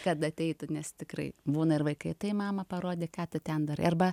kad ateitų nes tikrai būna ir vaikai tai mama parodyk ką tu ten darai arba